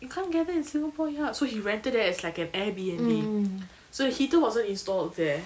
you can't get that in singapore here so he rented it as like an airbnb so a heater wasn't installed there